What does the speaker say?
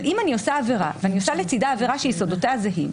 אבל אם אני עושה עבירה ואני עושה לצדה עבירה שיסודותיה זהים,